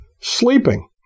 sleeping